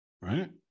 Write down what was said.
Right